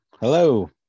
Hello